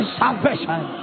salvation